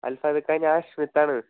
അൽസാദിക്ക ഞാൻ സ്മിത്താണ്